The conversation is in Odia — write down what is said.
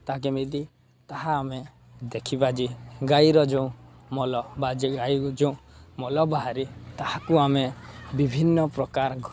ତାହା କେମିତି ତାହା ଆମେ ଦେଖିବା ଯେ ଗାଈର ଯେଉଁ ମଳ ବା ଗାଈରୁ ଯେଉଁ ମଳ ବାହାରି ତାହାକୁ ଆମେ ବିଭିନ୍ନପ୍ରକାର